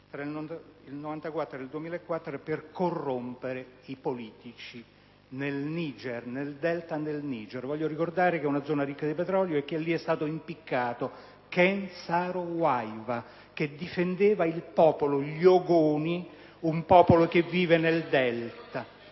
tra il 1994 e il 2004 per corrompere i politici nel Delta del Niger. Voglio ricordare che è una zona ricca di petrolio e che lì è stato impiccato Ken Saro-Wiwa, che difendeva il popolo degli Ogoni, che vive nel Delta.